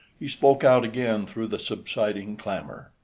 he spoke out again through the subsiding clamor.